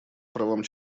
правам